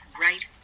right